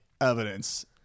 evidence